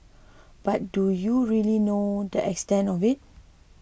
but do you really know the extent of it